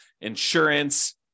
insurance